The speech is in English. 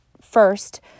first